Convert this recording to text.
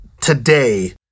today